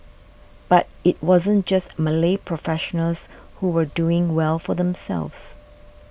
but it wasn't just Malay professionals who were doing well for themselves